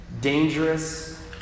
dangerous